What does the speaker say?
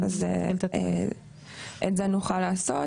את זה אנחנו נוכל לעשות,